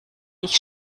ich